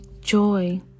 joy